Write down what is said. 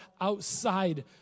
outside